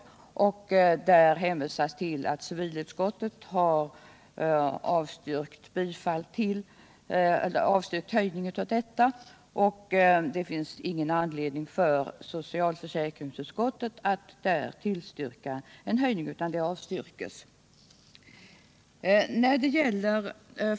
Socialför säkringsutskottet hänvisar där till att civilutskottet avstyrkt en höjning - Nr 51 av bostadsbidraget och menar att det inte finns någon anledning att till Onsdagen den styrka en höjning av det inkomstprövade tillägget.